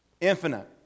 infinite